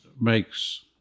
makes